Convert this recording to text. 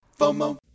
FOMO